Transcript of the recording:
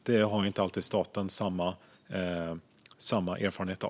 Det har staten inte alltid samma erfarenhet av.